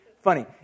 funny